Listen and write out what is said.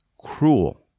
cruel